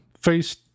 face